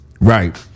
Right